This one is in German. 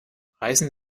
reißen